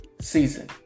season